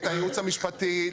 את הייעוץ המשפטי,